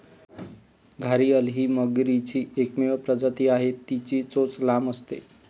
घारीअल ही मगरीची एकमेव प्रजाती आहे, तिची चोच लांब असते